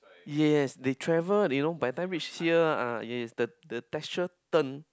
yes they travel you know by time reach here ah yes the the texture turn